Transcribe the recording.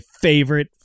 favorite